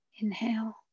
inhale